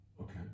Okay